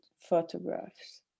photographs